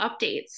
updates